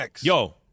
Yo